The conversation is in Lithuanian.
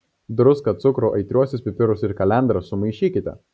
druską cukrų aitriuosius pipirus ir kalendras sumaišykite